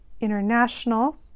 International